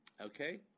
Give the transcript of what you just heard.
okay